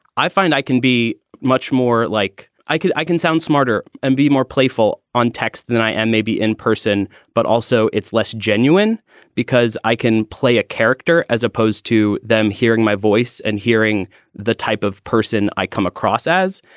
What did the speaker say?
i find i can be much more like i could i can sound smarter and be more playful on text than than i am maybe in person. but also, it's less genuine because i can play a character as opposed to them hearing my voice and hearing the type of person i come across as.